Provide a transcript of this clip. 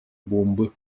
бомбы